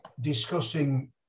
discussing